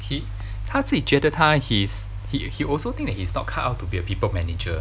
he 他自己觉得他 he's he he also think that he's not cut out to be a people manager